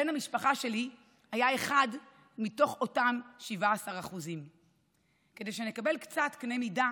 בן המשפחה שלי היה אחד מתוך אותם 17%. כדי שנקבל קצת קנה מידה